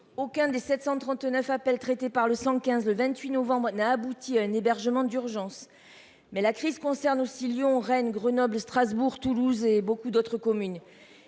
Aucun des 739 appelle traités par le 115, le 28 novembre n'a abouti à un hébergement d'urgence. Mais la crise concerne aussi Lyon, Rennes, Grenoble, Strasbourg, Toulouse et beaucoup d'autres communes